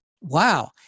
Wow